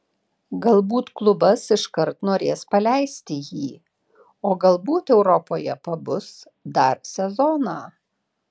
galbūt klubas iškart norės paleisti jį o galbūt europoje pabus dar sezoną